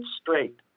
straight